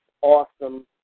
awesome